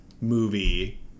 movie